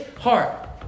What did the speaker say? heart